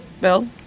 Bill